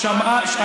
שמעה.